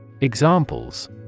Examples